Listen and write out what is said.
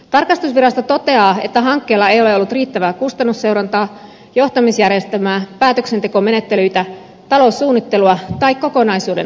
tarkastusvirasto toteaa että hankkeella ei ole ollut riittävää kustannusseurantaa johtamisjärjestelmää päätöksentekomenettelyitä taloussuunnittelua tai kokonaisuuden hallintaa